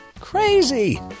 Crazy